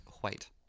white